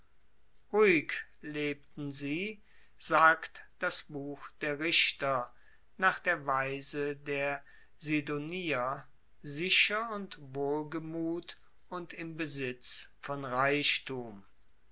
ruhig lebten sie sagt das buch der richter nach der weise der sidonier sicher und wohlgemut und im besitz von reichtum